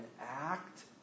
act